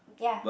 ya